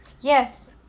Yes